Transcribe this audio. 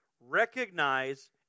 recognize